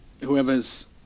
whoever's